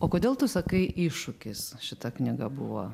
o kodėl tu sakai iššūkis šita knyga buvo